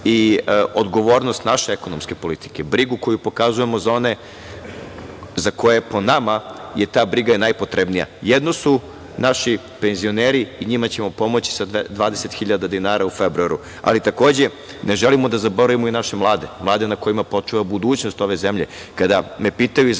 i odgovornost naše ekonomske politike, brigu koju pokazujemo za one za koje je po nama ta briga i najpotrebnija. Jedno su naši penzioneri, i njima ćemo pomoći sa 20.000 dinara u februaru, ali takođe, ne želimo da zaboravimo i naše mlade, mlade na kojima počiva budućnost ove zemlje.